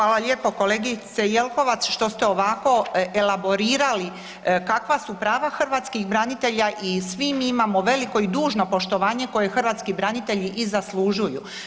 Hvala lijepo kolegice Jelkovac što ste ovako elaborirali kakva su prava hrvatskih branitelja i svi mi imamo veliko i dužno poštovanje koje hrvatski branitelji i zaslužuju.